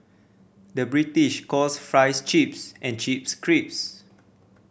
the British calls fries chips and chips crisps